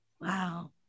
Wow